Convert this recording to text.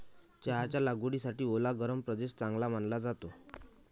चहाच्या लागवडीसाठी ओला गरम प्रदेश चांगला मानला जातो